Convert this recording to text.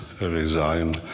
resign